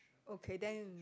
okay then we